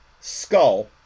skull